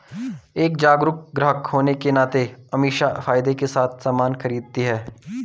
एक जागरूक ग्राहक होने के नाते अमीषा फायदे के साथ सामान खरीदती है